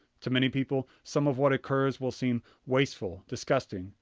to many people, some of what occurs will seem wasteful, disgusting,